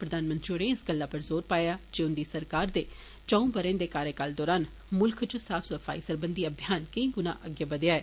प्रधानमंत्री होरें इस गल्लै पर जोर पाया जे उंदी सरकार दे चौं ब'रें दे कार्यकाल दौरान मुल्खै च साफ सफाई सरबंधी अभियान केई गृणा अग्गे बघेआ ऐ